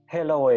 Hello